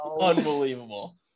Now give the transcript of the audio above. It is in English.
Unbelievable